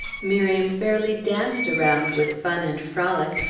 miriam fairly danced around with fun and frolic,